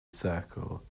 circle